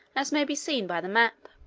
as may be seen by the map.